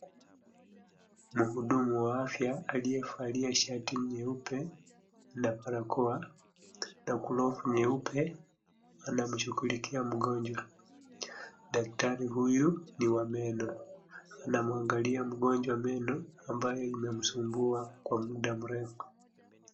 Mhudumu wa afya aliyevalia shati nyeupe na barakoa na glovu nyeupe anamshughulikia mgonjwa. Daktari huyu ni wa meno, anamwangalia mgonjwa meno ambaye imemsumbua kwa munda murefu.